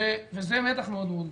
וזה מתח מאוד גדול.